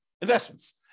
investments